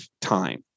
time